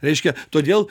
reiškia todėl